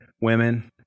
women